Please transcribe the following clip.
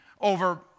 over